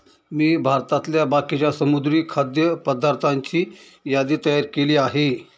मी भारतातल्या बाकीच्या समुद्री खाद्य पदार्थांची यादी तयार केली आहे